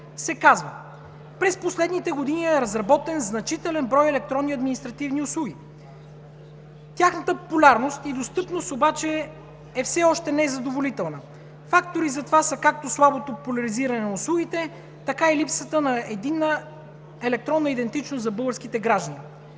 се казва: „През последните години е разработен значителен брой електронни административни услуги. Тяхната популярност и достъпност обаче все още е незадоволителна. Фактори затова са както слабото популяризиране на услугите, така и липсата на единна електронна идентичност за българските граждани.